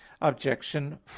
Objection